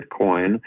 Bitcoin